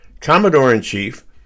Commodore-in-Chief